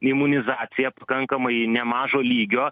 imunizaciją kankamai nemažo lygio